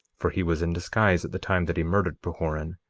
for he was in disguise at the time that he murdered pahoran.